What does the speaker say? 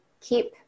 keep